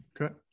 Okay